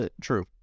True